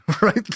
right